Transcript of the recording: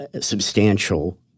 substantial –